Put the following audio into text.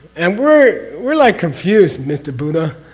and, we're. we're like confused mr. buddha.